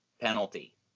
penalty